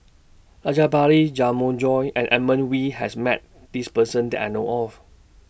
Rajabali Jumabhoy and Edmund Wee has Met This Person that I know of